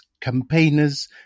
campaigners